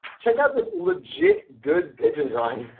check out this legit-good pigeon drawing.